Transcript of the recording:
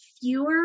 fewer